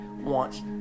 wants